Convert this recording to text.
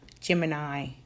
Gemini